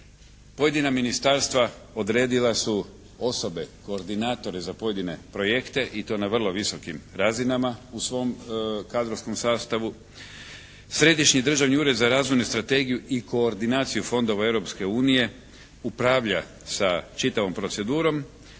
pojedina ministarstva odredila su osobe koordinatore za pojedine projekte i to na vrlo visokim razinama u svom kadrovskom sastavu. Središnji državni ured za razvojnu strategiju i koordinaciju fondova Europske unije upravlja sa čitavom procedurom